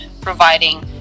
providing